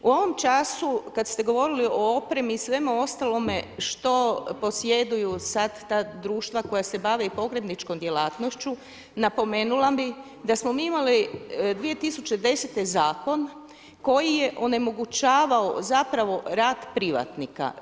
U ovom času kad ste govorili o opremi i svemu ostalome što posjeduju sad ta društva koja se bave i pogrebničkom djelatnošću napomenula bih da smo mi imali 2010. zakon koji je onemogućavao zapravo rad privatnika.